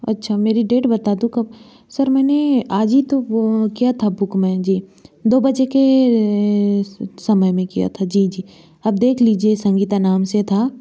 अच्छा मेरी डेट बता दो कब सर मैंने आज ही तो वह क्या था बुक में जी दो बजे के समय में किया था जी जी अब देख लीजिए संगीता नाम से था